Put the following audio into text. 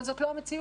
אבל זו לא המציאות.